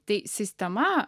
tai sistema